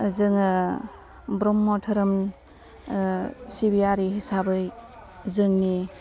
जोङो ब्रह्म धोरोम सिबियारि हिसाबै जोंनि